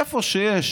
איפה שיש